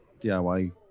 DIY